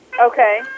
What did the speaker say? Okay